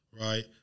right